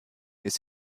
ist